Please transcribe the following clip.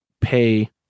pay